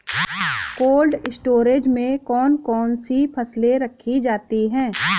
Cold storage में कौन कौन सी फसलें रखी जाती हैं?